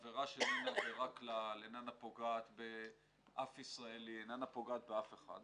עבירה שאיננה פוגעת באף ישראלי ואיננה פוגעת באף אחד.